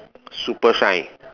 super shine